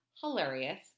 hilarious